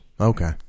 Okay